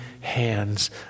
hands